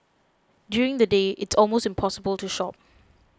during the day it's almost impossible to shop